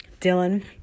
Dylan